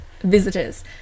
visitors